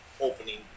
opening